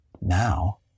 Now